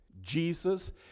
Jesus